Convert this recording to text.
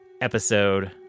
episode